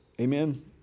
amen